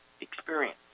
Experience